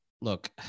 Look